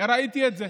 ראיתי את זה.